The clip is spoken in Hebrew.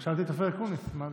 רק שאלתי את אופיר אקוניס מה דעתו.